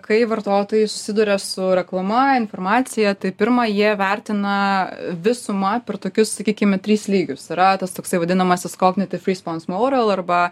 kai vartotojai susiduria su reklama informacija tai pirma jie vertina visumą per tokius sakykime trys lygius yra tas toksai vadinamasis cognitive response model arba